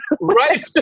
right